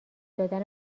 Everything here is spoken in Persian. دادن